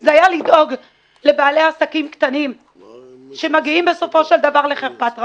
זה היה לדאוג לבעלי עסקים קטנים שמגיעים בסופו של דבר לחרפת רעב.